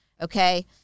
Okay